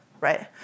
right